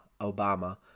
Obama